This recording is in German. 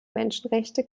menschenrechte